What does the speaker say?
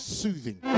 soothing